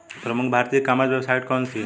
प्रमुख भारतीय e commerce website कौन कौन सी हैं?